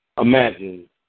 Imagine